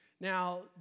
Now